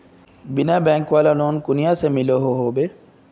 बिना बैंक वाला लोन कुनियाँ से मिलोहो होबे?